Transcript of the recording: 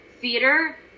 theater